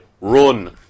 Run